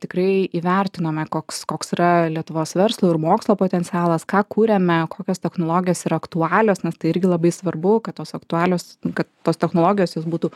tikrai įvertinome koks koks yra lietuvos verslo ir mokslo potencialas ką kuriame kokios technologijos yra aktualios nes tai irgi labai svarbu kad tos aktualios kad tos technologijos jos būtų